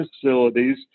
facilities